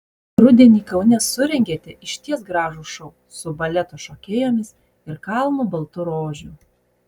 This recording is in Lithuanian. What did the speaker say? rudenį kaune surengėte išties gražų šou su baleto šokėjomis ir kalnu baltų rožių